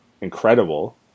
incredible